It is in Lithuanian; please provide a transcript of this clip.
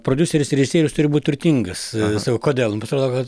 prodiuseris ir režisierius turi būt turtingas sako kodėl nu pasirodo kad